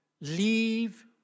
Leave